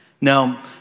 Now